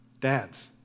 dads